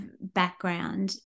background